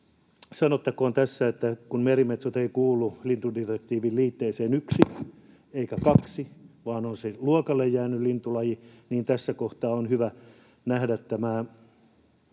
sanottakoon tässä, että kun merimetso ei kuulu lintudirektiivin liitteeseen yksi eikä kaksi vaan on se luokalle jäänyt lintulaji, niin tässä kohtaa on hyvä nähdä tämä